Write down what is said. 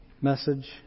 message